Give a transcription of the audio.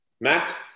Matt